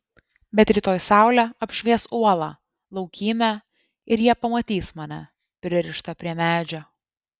bet rytoj saulė apšvies uolą laukymę ir jie pamatys mane pririštą prie medžio